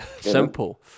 Simple